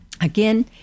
Again